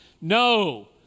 no